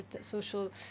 social